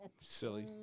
Silly